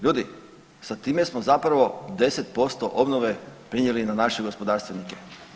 Ljudi, sa time smo zapravo 10% obnove prenijeli na naše gospodarstvenike.